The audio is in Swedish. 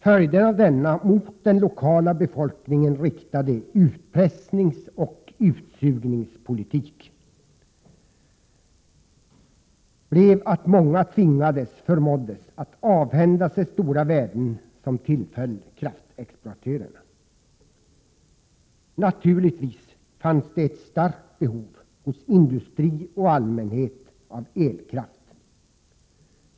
Följderna av denna, mot den lokala befolkningen riktade, utpressningsoch utsugningspolitik blev att många tvingades eller på annat sätt förmåddes avhända sig stora värden som tillföll kraftexploatörerna. Naturligtvis fanns ett starkt behov av elkraft hos industri och allmänhet.